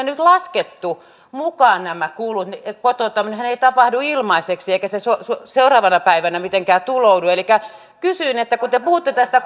nyt laskettu mukaan nämä kulut kotouttaminenhan ei tapahdu ilmaiseksi eikä se seuraavana päivänä mitenkään tuloudu sanoin että kun te puhutte tästä